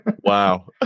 wow